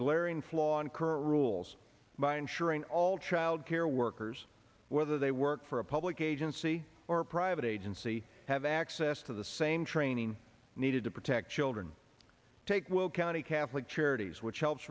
glaring flaw in current rules by insuring all child care workers whether they work for a public agency or a private agency have access to the same training needed to protect children take will county catholic charities